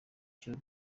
cyo